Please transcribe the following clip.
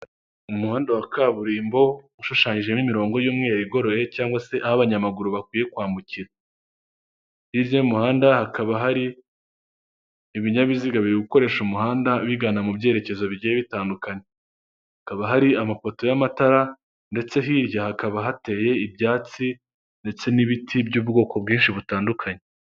Mu muhanda wa kaburimbo ushushanyijemo imirongo y'umweru igoroye cyangwa se aho abanyamaguru bakwiye kwambu, hirya y'umuhanda hakaba hari ibinyabiziga biri gukoresha umuhanda bigana mu byerekezo bigiye bitandukanye hakaba hari amapoto y'amatara ndetse hirya hakaba hateye ibyatsi ndetse n'ibiti by'ubwoko bwinshi butandukanye.